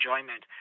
enjoyment